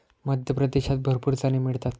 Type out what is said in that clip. मध्य प्रदेशात भरपूर चणे मिळतात